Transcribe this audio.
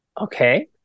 Okay